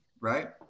Right